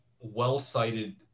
well-cited